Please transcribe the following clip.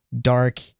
dark